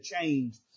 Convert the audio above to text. change